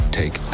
take